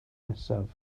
nesaf